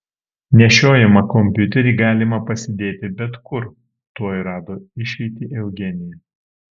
nešiojamą kompiuterį galima pasidėti bet kur tuoj rado išeitį eugenija